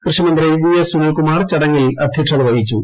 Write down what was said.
കൃഷിമന്ത്രി V S Sunilkumar ചടങ്ങിൽ അധ്യക്ഷത വഹിച്ചു